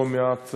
לא מעט,